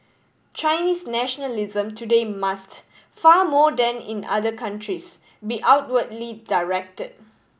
Chinese nationalism today must far more than in other countries be outwardly direct